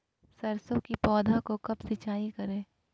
सरसों की पौधा को कब सिंचाई करे?